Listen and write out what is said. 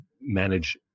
manage